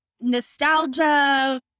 nostalgia